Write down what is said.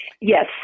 Yes